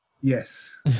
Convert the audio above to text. Yes